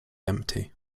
empty